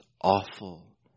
awful